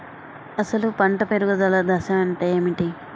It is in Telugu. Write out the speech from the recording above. అసలు పంట పెరుగుదల దశ అంటే ఏమిటి?